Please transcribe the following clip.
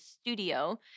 studio